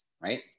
right